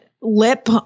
lip